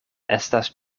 estas